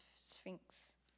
sphinx